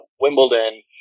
Wimbledon